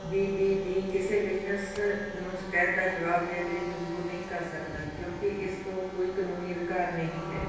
BBB ਕਿਸੇ business ਨੂੰ ਸ਼ਿਕਾਇਤ ਦਾ ਜਵਾਬ ਦੇਣ ਲਈ ਮਜਬੂਰ ਨਹੀਂ ਕਰ ਸਕਦਾ ਕਿਉਂਕਿ ਇਸ ਕੋਲ ਕੋਈ ਕਾਨੂੰਨੀ ਅਧਿਕਾਰ ਨਹੀਂ ਹੈ